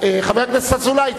חבר הכנסת אזולאי,